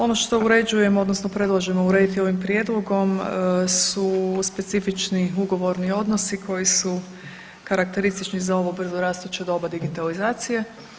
Ono što uređujemo odnosno predlažemo urediti ovim prijedlogom su specifični ugovorni odnosi koji su karakteristični za ovo brzorastuće doba digitalizacije.